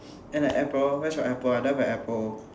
and a apple where's your apple I don't have a apple